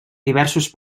diversos